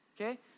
okay